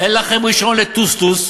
אין לכם רישיון לטוסטוס,